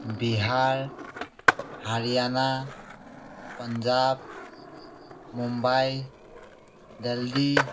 Bihar Haryana Punjab Mumbai Delhi